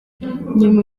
nyuma